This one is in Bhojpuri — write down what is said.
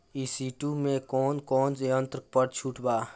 ई.सी टू मै कौने कौने यंत्र पर छुट बा?